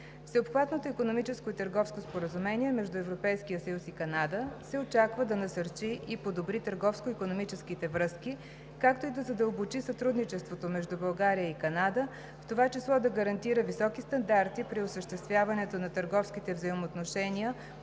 Всеобхватното икономическо и търговско споразумение между Европейския съюз и Канада се очаква да насърчи и подобри търговско икономическите връзки, както и да задълбочи сътрудничеството между България и Канада, в това число да гарантира високи стандарти при осъществяването на търговските взаимоотношения